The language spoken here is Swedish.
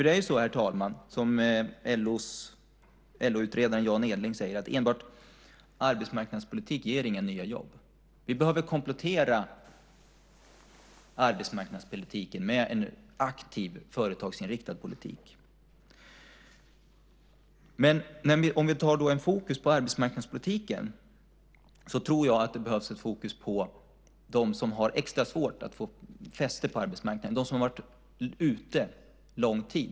Det är så, herr talman, som LO-utredaren Jan Edling säger, att enbart arbetsmarknadspolitik inte ger några nya jobb. Vi behöver komplettera arbetsmarknadspolitiken med en aktiv, företagsinriktad politik. Om vi tar fokus på arbetsmarknadspolitiken tror jag att det behövs fokus på dem som har extra svårt att få fäste på arbetsmarknaden, de som har varit utanför under lång tid.